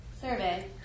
Survey